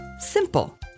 Simple